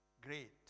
great